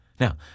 Now